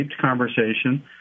conversation